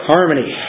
Harmony